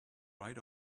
right